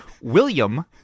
William